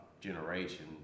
generation